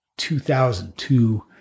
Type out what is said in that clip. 2002